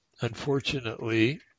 Unfortunately